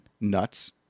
Nuts